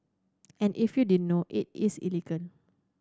and if you didn't know it is illegal